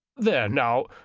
there, now,